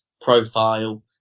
profile